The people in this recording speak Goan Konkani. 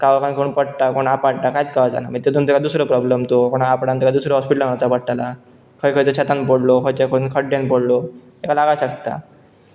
काळोखान कोण पडटा कोण आपाट्टा कांयच कळचांना मागी तेतून तेका दुसरो प्रॉब्लम तो कोण आपटान तेका दुसरा हॉस्पिटलान व्हरचां पडटालां खंय खंयच्या शेतान पडलो खंयचे खंयन खड्डड्यान पडलो तेका लागोंक शकता